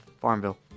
Farmville